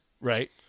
Right